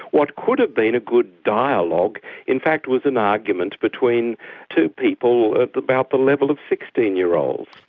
what could've been a good dialogue in fact was an argument between two people about the level of sixteen year olds.